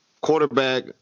Quarterback